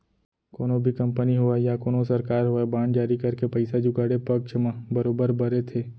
कोनो भी कंपनी होवय या कोनो सरकार होवय बांड जारी करके पइसा जुगाड़े पक्छ म बरोबर बरे थे